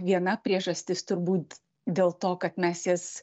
viena priežastis turbūt dėl to kad mes jas